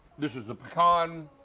this is the pecan,